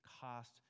cost